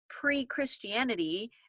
pre-Christianity